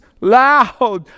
loud